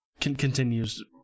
continues